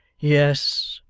yes,